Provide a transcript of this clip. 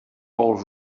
all